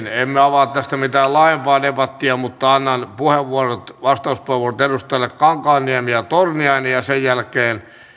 tästä mitään laajempaa debattia mutta annan vastauspuheenvuorot edustajille kankaanniemi ja torniainen ja sen jälkeen